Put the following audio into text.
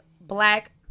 black